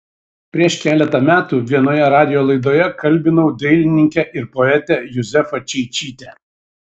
prieš keletą metų vienoje radijo laidoje kalbinau dailininkę ir poetę juzefą čeičytę